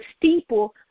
steeple